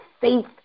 faith